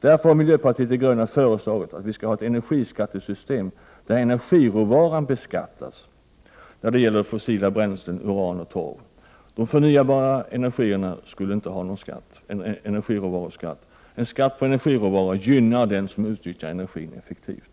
Därför har miljöpartiet de gröna föreslagit att vi skall ha ett energiskattesystem där energiråvaran beskattas när det gäller de fossila bränslena, uran och torv. De förnybara energierna skall inte ha någon energiråvaruskatt. En skatt på energiråvaran gynnar den som utnyttjar energin effektivt.